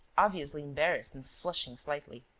obviously embarrassed and flushing slightly.